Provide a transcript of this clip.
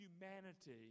humanity